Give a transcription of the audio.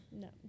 No